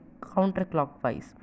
counterclockwise